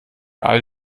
all